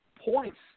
points